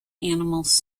animals